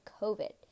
covid